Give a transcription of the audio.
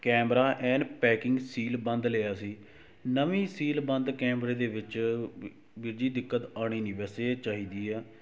camera ਐਨ packing seal ਬੰਦ ਲਿਆ ਸੀ ਨਵੀਂ ਸੀਲ ਬੰਦ ਕੈਮਰੇ ਦੇ ਵਿੱਚ ਵੀਰ ਜੀ ਦਿੱਕਤ ਆਉਣੀ ਨਹੀਂ ਵੈਸੇ ਇਹ ਚਾਹੀਦੀ ਆ